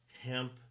hemp